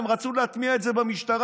הם רצו להטמיע את זה במשטרה,